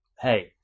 Hey